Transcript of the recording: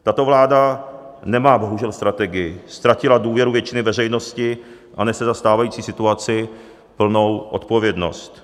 Tato vláda nemá bohužel strategii, ztratila důvěru většiny veřejnosti a nese za stávající situaci plnou odpovědnost.